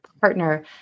partner